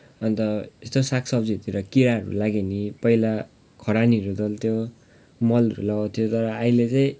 अन्त यस्तो सागसब्जीहरूतिर किराहरू लाग्यो भने पहिला खरानीहरू दल्थ्यो मलहरू लगाउँथ्यो तर अहिले चाहिँ